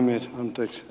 arvoisa puhemies